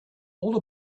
all